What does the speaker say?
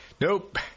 nope